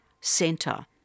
centre